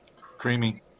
Creamy